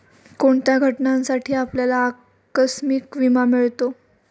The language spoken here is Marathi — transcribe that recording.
कोणत्या घटनांसाठी आपल्याला आकस्मिक विमा मिळतो?